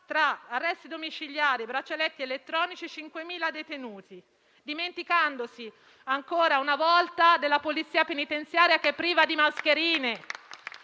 tra arresti domiciliari e braccialetti elettronici, 5.000 detenuti, dimenticandosi ancora una volta della polizia penitenziaria, che è priva di mascherine